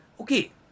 Okay